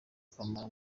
akamara